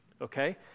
okay